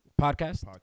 podcast